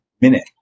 minute